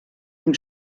dem